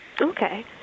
Okay